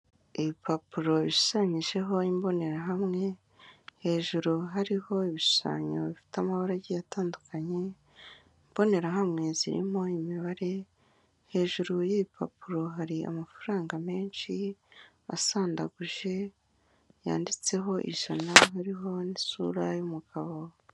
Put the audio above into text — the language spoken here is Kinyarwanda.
Ibipapuro bisanyijeho imbonerahamwe hejuru hariho ibishushanyo bifite amabara agiye atandukanye, imbonerahamwe zirimo imibare, hejuru y'ipapuro hariho amafaranga menshi wsandaguje yanditseho ijana hariho n'isura y'umugabo.